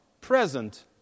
present